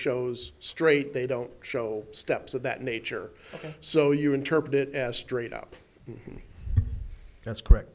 shows straight they don't show steps of that nature so you interpret it as straight up that's correct